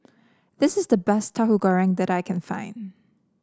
this is the best Tahu Goreng that I can find